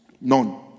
none